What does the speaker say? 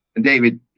David